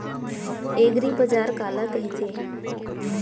एगरीबाजार काला कहिथे?